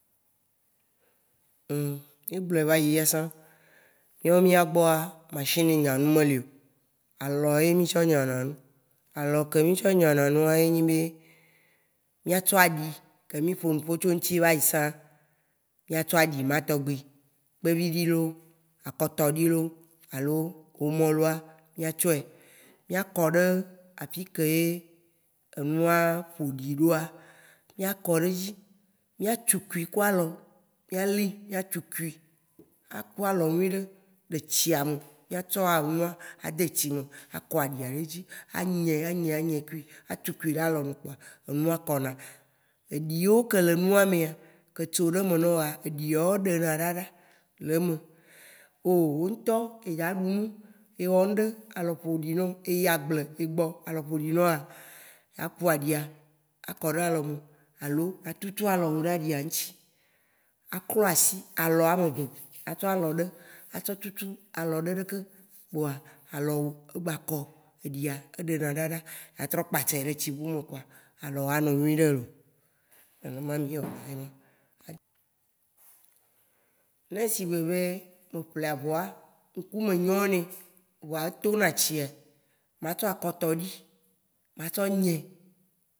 mi gblɔ̃e vayi via sã. mia, miagbɔa, mashini nyanu me lio. Alɔ ye mo tsɔ nyananu. Alɔ ke mi tsɔ nynanua, ye nyi be, mia tsɔ aɖi ke mi ƒonuƒɔ tso ŋ'tsi vayi sã, mia tsɔ aɖima Tɔgbe, kpeviɖi lo, akotɔ ɖi lo alo omo loa, mia tsɔe, mia kɔɖe aƒikeye enua ƒoɖi ɖoa, mia kɔɖedzi, mia tsukui ku alɔ, mi a li atsukui ku alɔ nyuiɖe alɔ le tsiame. Mia tsɔ nua ade tsimɛ, a kɔ aɖia ɖe dzi, anyĩ anyĩ kui, atsukui ɖe alɔamɛ koa, enua kɔna. Eɖiwo ke le nuamea, ke tsoɖemɛ na wòa, eɖiawo ɖena ɖaɖa le eme. O!, wò ŋ'tɔ e dza ɖunu, ewɔ ŋ'ɖe alɔ ƒoɖi nɔ, eyi agble e gbɔ alɔ ƒoɖi nɔ alo e wɔ ŋ'ɖe alɔ ƒoɖi nɔ woa, a ku aɖia a kɔɖe alɔme alo a tsutsu alɔ ɖe aɖia ŋ'tsi a klɔ asi alɔ ameve, a tsɔ ablɔɖe a tsɔ tsutsu ablɔɖe ɖeke kpoa, alɔwo wò gba kɔ. Eɖia, e ɖena ɖaɖa. A trɔ kpatsɛ ɖe etsi bu me kpoa, alɔ wo a nɔ nyuiɖe lo. Nenema mi wɔnɛ ema. Ne sigbe be, o ƒle aʋɔa, ŋ'kumɛ nyɔ nè vɔa etona tsia, ma tsɔ akɔtɔɖi ma tsɔ nyĩ,